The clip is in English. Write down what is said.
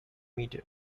metre